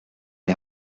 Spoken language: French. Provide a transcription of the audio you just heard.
les